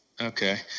Okay